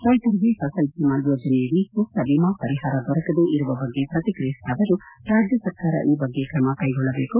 ರೈತರಿಗೆ ಫಸಲ್ ಭೀಮಾ ಯೋಜನೆಯಡಿ ಸೂಕ್ತ ವಿಮಾ ಪರಿಹಾರ ದೊರಕದೆ ಇರುವ ಬಗ್ಗೆ ಪ್ರತಿಕ್ರಿಯಿಸಿದ ಅವರು ರಾಜ್ಯ ಸರ್ಕಾರ ಈ ಬಗ್ಗೆ ತ್ರಮ ಕೈಗೊಳ್ಳಬೇಕು